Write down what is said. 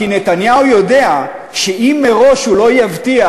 כי נתניהו יודע שאם מראש הוא לא יבטיח